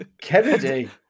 Kennedy